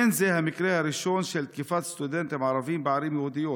אין זה המקרה הראשון של תקיפת סטודנטים ערבים בערים יהודיות.